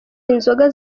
inzoga